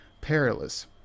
perilous